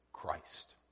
Christ